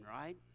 right